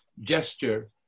gesture